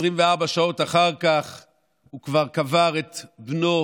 24 שעות אחר כך הוא כבר קבר את בנו,